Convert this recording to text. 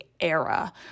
era